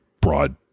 broad